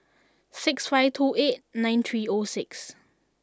six five two eight nine three O six